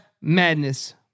madness